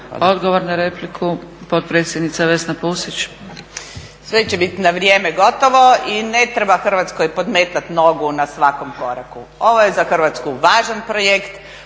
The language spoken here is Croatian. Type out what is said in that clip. Odgovor na repliku, potpredsjednica Vesna Pusić. **Pusić, Vesna (HNS)** Sve će bit na vrijeme gotovo i ne treba Hrvatskoj podmetat nogu na svakom koraku. Ovo je za Hrvatsku važan projekt,